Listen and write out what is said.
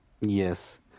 Yes